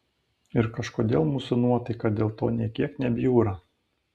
ir kažkodėl mūsų nuotaika dėl to nė kiek nebjūra